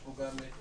יש פה גם את